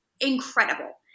incredible